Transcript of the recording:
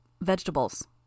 Vegetables